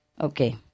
Okay